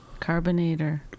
Carbonator